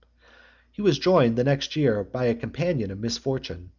he was joined the next year by a companion of misfortune,